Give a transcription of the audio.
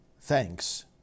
thanks